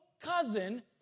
cousin